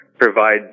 provide